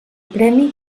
premi